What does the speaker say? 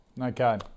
okay